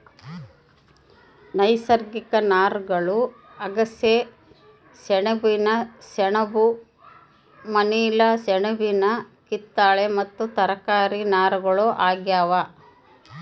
ನೈಸರ್ಗಿಕ ನಾರುಗಳು ಅಗಸೆ ಸೆಣಬಿನ ಸೆಣಬು ಮನಿಲಾ ಸೆಣಬಿನ ಕತ್ತಾಳೆ ಮತ್ತು ತರಕಾರಿ ನಾರುಗಳು ಆಗ್ಯಾವ